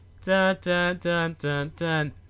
dun-dun-dun-dun-dun